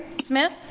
Smith